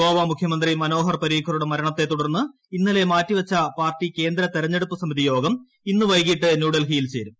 ഗ്ലോവ മുഖ്യമന്ത്രി മനോഹർ പരീക്കറുടെ മരണത്തെ തുടർന്ന് ഇന്നലെ മാറ്റിവെച്ച പാർട്ടി കേന്ദ്ര തെരഞ്ഞെടുപ്പ് സമിതി യോഗം ഇന്ന് വൈകീട്ട് ന്യൂഡൽഹിയിൽ ചേരും